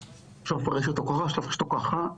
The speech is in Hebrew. שהשאלה מה קורה עם הכנסת מחוקקת,